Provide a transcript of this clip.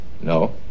No